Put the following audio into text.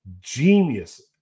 genius